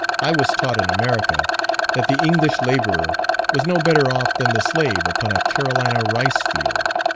i was taught in america that the english labourer was no better off than the slave upon a carolina rice-field.